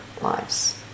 lives